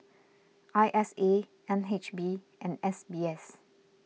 I S A N H B and S B S